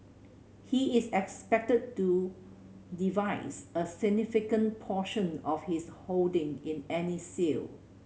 he is expected to device a significant portion of his holding in any sale